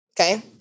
Okay